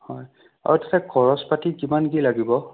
হয় আৰু পিছে খৰচ পাতি কিমান কি লাগিব